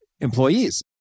employees